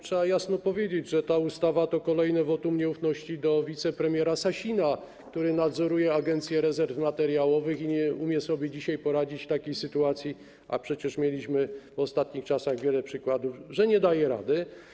Trzeba jasno powiedzieć, że ta ustawa to kolejne wotum nieufności wobec wicepremiera Sasina, który nadzoruje Agencję Rezerw Materiałowych i nie umie sobie dzisiaj poradzić w takiej sytuacji, a przecież mieliśmy w ostatnich czasach wiele przykładów tego, że nie daje rady.